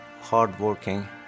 hardworking